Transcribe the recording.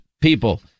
people